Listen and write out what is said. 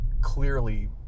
clearly